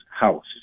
house